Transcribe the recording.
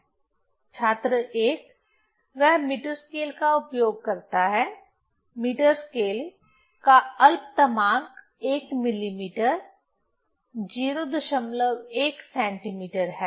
छात्र 1 वह metre scale का उपयोग करता है मीटर स्केल का अल्पतमांक 1 मिलीमीटर 01 सेंटीमीटर है